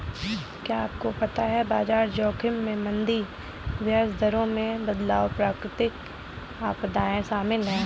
क्या आपको पता है बाजार जोखिम में मंदी, ब्याज दरों में बदलाव, प्राकृतिक आपदाएं शामिल हैं?